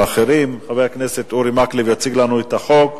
חבר הכנסת אורי מקלב יציג לנו את החוק,